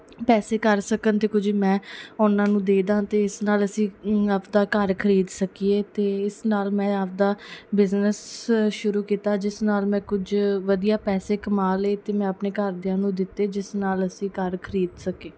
ਪੈਸੇ ਕਰ ਸਕਣ ਅਤੇ ਕੁਝ ਮੈਂ ਉਹਨਾਂ ਨੂੰ ਦੇ ਦਵਾਂ ਅਤੇ ਇਸ ਨਾਲ ਅਸੀਂ ਆਪਦਾ ਘਰ ਖਰੀਦ ਸਕੀਏ ਅਤੇ ਇਸ ਨਾਲ ਮੈਂ ਆਪਦਾ ਬਿਜਨਸ ਸ਼ੁਰੂ ਕੀਤਾ ਜਿਸ ਨਾਲ ਮੈਂ ਕੁਝ ਵਧੀਆ ਪੈਸੇ ਕਮਾ ਲਏ ਅਤੇ ਮੈਂ ਆਪਣੇ ਘਰਦਿਆਂ ਨੂੰ ਦਿੱਤੇ ਜਿਸ ਨਾਲ ਅਸੀਂ ਘਰ ਖਰੀਦ ਸਕੇ